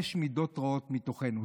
לשרש מידות רעות מתוכנו.